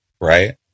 right